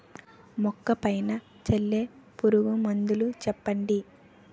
మొక్క పైన చల్లే పురుగు మందులు చెప్పండి?